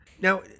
Now